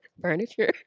furniture